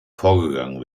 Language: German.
vorgegangen